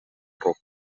ruc